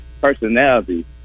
personality